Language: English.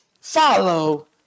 follow